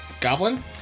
Goblin